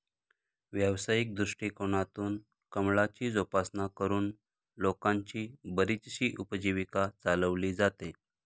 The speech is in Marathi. व्यावसायिक दृष्टिकोनातून कमळाची जोपासना करून लोकांची बरीचशी उपजीविका चालवली जाते